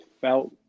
felt